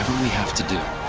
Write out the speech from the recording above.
have to do,